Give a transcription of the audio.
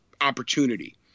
opportunity